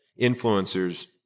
influencers